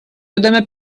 ödeme